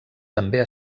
també